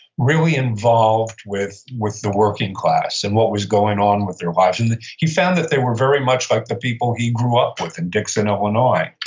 really involved with with the working class, and what was going on with their lives. and he found that they were very much like the people he grew up with in dixon, illinois,